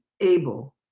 able